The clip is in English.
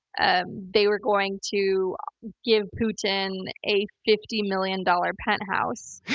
ah they were going to give putin a fifty million dollar penthouse.